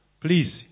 please